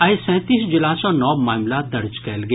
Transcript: आइ सैंतीस जिला सॅ नव मामिला दर्ज कयल गेल